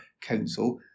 Council